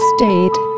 State